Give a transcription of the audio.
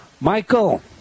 Michael